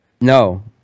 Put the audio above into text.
No